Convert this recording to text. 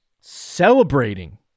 celebrating